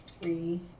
three